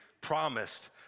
promised